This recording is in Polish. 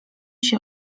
się